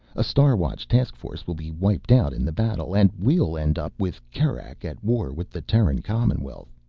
a star watch task force will be wiped out in the battle. and we'll end up with kerak at war with the terran commonwealth.